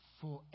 forever